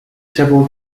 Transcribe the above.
civil